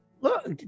Look